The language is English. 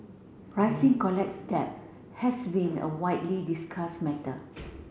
rising college debt has been a widely discussed matter